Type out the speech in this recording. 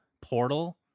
Portal